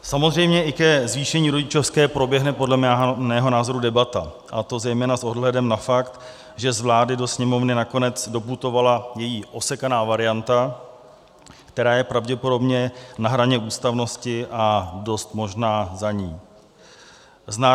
Samozřejmě i ke zvýšení rodičovské proběhne podle mého názoru debata, a to zejména s ohledem na fakt, že z vlády do Sněmovny nakonec doputovala její osekaná varianta, která je pravděpodobně na hraně ústavnosti a dost možná za ní.